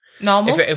Normal